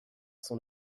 son